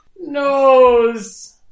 Nose